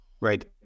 right